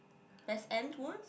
best and worst